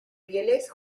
pieles